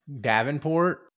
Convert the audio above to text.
Davenport